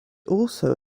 also